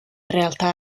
realtà